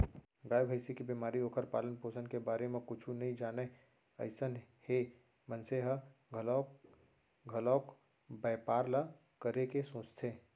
गाय, भँइसी के बेमारी, ओखर पालन, पोसन के बारे म कुछु नइ जानय अइसन हे मनसे ह घलौ घलोक बैपार ल करे के सोचथे